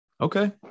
Okay